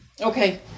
Okay